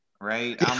right